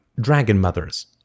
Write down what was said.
dragon-mothers